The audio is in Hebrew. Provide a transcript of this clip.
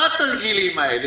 מה התרגילים האלה?